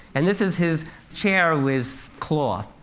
and this is his chair with claw,